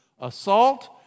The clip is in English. assault